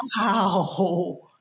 Wow